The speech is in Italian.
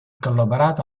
collaborato